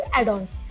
add-ons